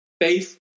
faith